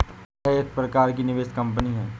क्या यह एक प्रकार की निवेश कंपनी है?